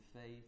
faith